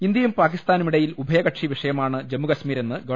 ഇന്ത്യയും പാക്കിസ്ഥാനുമിടയിൽ ഉഭയ്കക്ഷി വിഷയമാണ് ജമ്മു കശ്മീരെന്ന് ഗവ